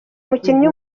umukinnyi